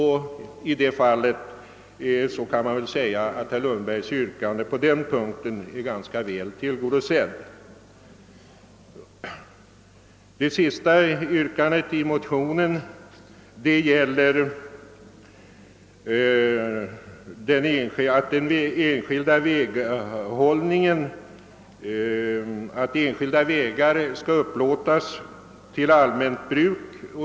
Herr Lundbergs yrkande på den punkten kan alltså anses vara ganska väl tillgodosett. Det sista yrkandet i motionen innebär att enskilda vägar skall upplåtas till allmänt bruk.